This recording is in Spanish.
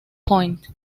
point